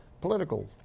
political